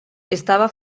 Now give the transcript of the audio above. estava